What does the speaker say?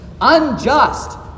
unjust